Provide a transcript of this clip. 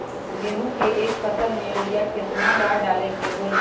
गेंहू के एक फसल में यूरिया केतना बार डाले के होई?